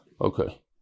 okay